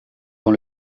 dans